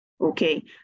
Okay